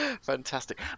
Fantastic